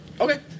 Okay